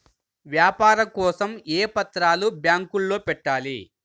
వ్యాపారం కోసం ఏ పత్రాలు బ్యాంక్లో పెట్టాలి?